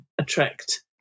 attract